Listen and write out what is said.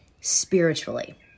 spiritually